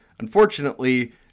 Unfortunately